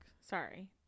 Sorry